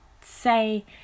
say